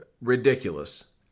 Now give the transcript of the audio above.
ridiculous